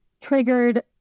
triggered